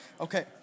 Okay